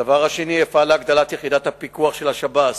דבר שני, אפעל להגדלת יחידת הפיקוח של השב"ס,